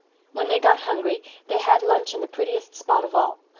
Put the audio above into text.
when they got hungry they had lunch in the prettiest spot of all.